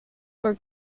for